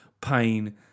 pain